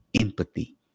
empathy